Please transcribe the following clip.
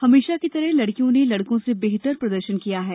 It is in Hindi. हमेशा की तरह लड़कियों ने लड़कों से बेहतर प्रदर्शन किया है